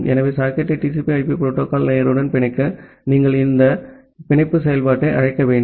ஆகவே சாக்கெட்டை TCP IP protocol layer உடன் பிணைக்க நீங்கள் இந்த பிணைப்பு செயல்பாட்டை அழைக்க வேண்டும்